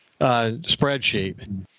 spreadsheet